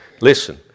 Listen